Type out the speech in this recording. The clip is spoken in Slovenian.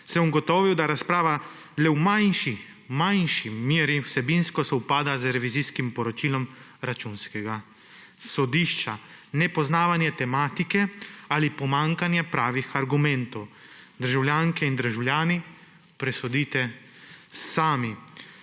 sem ugotovil, da razprava le v manjši meri vsebinsko sovpada z revizijskim poročilom Računskega sodišča – nepoznavanje tematike ali pomanjkanje pravih argumentov. Državljanke in državljani, presodite sami.